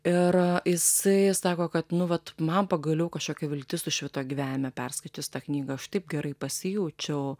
ir jisai sako kad nu vat man pagaliau kažkokia viltis sušvito gyvenime perskaičius tą knygą aš taip gerai pasijaučiau